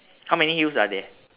how many hills are there